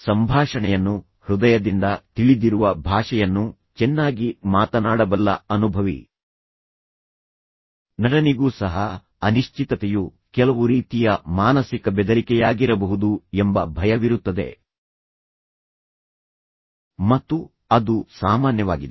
ಸಂಭಾಷಣೆಯನ್ನು ಹೃದಯದಿಂದ ತಿಳಿದಿರುವ ಭಾಷೆಯನ್ನು ಚೆನ್ನಾಗಿ ಮಾತನಾಡಬಲ್ಲ ಅನುಭವಿ ನಟನಿಗೂ ಸಹ ಅನಿಶ್ಚಿತತೆಯು ಕೆಲವು ರೀತಿಯ ಮಾನಸಿಕ ಬೆದರಿಕೆಯಾಗಿರಬಹುದು ಎಂಬ ಭಯವಿರುತ್ತದೆ ಮತ್ತು ಅದು ಸಾಮಾನ್ಯವಾಗಿದೆ